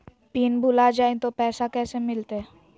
Pin भूला जाई तो पैसा कैसे मिलते?